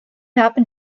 happen